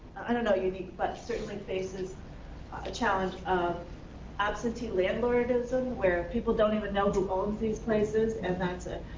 i don't know unique, but certainly faces a challenge of absentee landlordism, where people don't even know who owns these places, and that's a.